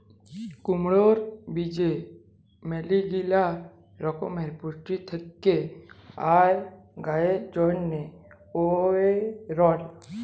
কুমড়র বীজে ম্যালাগিলা রকমের পুষ্টি থেক্যে আর গায়ের জন্হে এঔরল